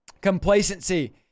complacency